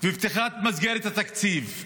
ופתיחת מסגרת התקציב?